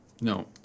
No